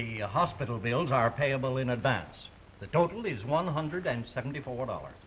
the hospital bills are payable in advance the total is one hundred and seventy four dollars